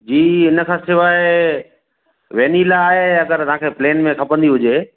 जी उनखां सवाइ वेनीला आहे अगरि तव्हांखे प्लेन में खपंदी हुजे